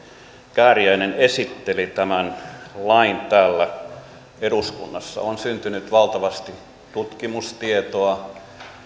kääriäinen esitteli tämän lain täällä eduskunnassa on syntynyt valtavasti tutkimustietoa